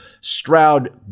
Stroud